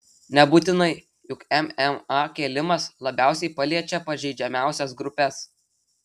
nebūtinai juk mma kėlimas labiausiai paliečia pažeidžiamiausias grupes